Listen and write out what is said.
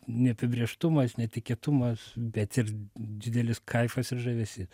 neapibrėžtumas netikėtumas bet ir didelis kaifas ir žavesys